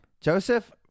Joseph